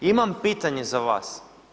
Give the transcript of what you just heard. Imam pitanje za vas.